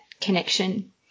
connection